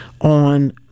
on